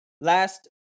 Last